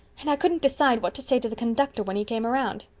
and i couldn't decide what to say to the conductor when he came around.